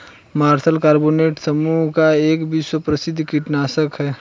martial carbonate समूह का एक विश्व प्रसिद्ध कीटनाशक है